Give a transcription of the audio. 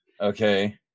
Okay